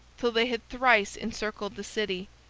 till they had thrice encircled the city.